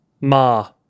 Ma